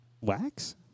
Wax